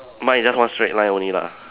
mine is just one straight line only lah